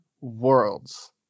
Worlds